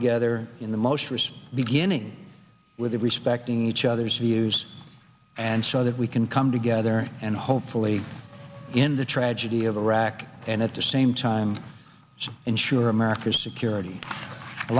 together in the most recent beginning with respecting each other's views and so that we can come together and hopefully in the tragedy of iraq and at the same time ensure america's security a